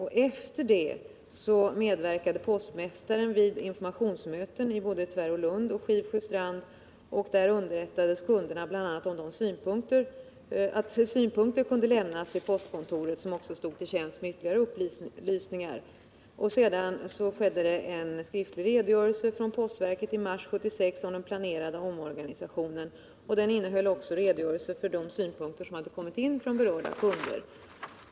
Efter det medverkade postmästaren vid informationsmöten i både Tvärålund och Skivsjöstrand, och där underrättades kunderna bl.a. om att synpunkter kunde lämnas till postkontoret, som också stod till tjänst med ytterligare upplysningar. Sedan lämnade postverket en skriftlig redogörelse i mars 1976 om den planerade omorganisationen. Den innehöll också en redogörelse för de synpunkter som hade kommit in från berörda kunder.